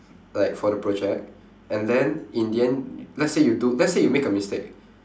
like for the project and then in the end let's say you do let's say you make a mistake